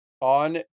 on